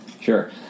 sure